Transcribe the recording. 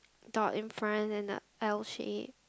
dog in front and a L shape